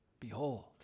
Behold